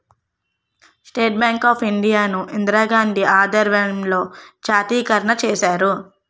state Bank of India ను ఇందిరాగాంధీ ఆధ్వర్యంలో జాతీయకరణ చేశారు